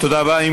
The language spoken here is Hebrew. תודה רבה.